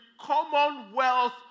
commonwealth